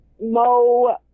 mo